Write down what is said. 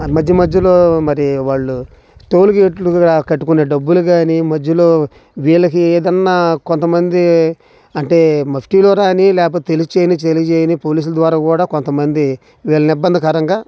మధ్య మధ్యలో మరి వాళ్ళు టోల్గేట్లకు కట్టుకునే డబ్బులు కానీ మధ్యలో వీళ్ళకి ఏదన్నా కొంతమంది అంటే మఫ్తీలో రానీ మరి లేపోతే తెలిసిచేయనీ తెలియచేయనీ పోలీసుల ద్వారా కూడా కొంతమంది వీళ్ళని ఇబ్బందికరంగా